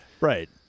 Right